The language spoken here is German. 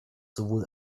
sowohl